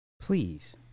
please